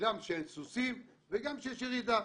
גם של סוסים וגם שיש ירידה,